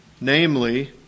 Namely